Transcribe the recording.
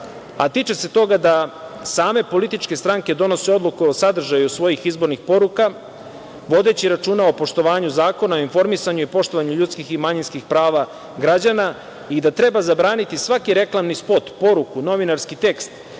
a tiče se toga da same političke stranke donose odluku o sadržaju svojih izbornih poruka, vodeći računa o poštovanju Zakona o informisanju i poštovanju ljudskih i manjinskih prava građana i da treba zabraniti svaki reklamni spot, poruku, novinarski tekst